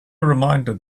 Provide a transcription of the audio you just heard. reminded